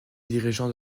dirigeants